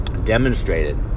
Demonstrated